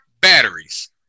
batteries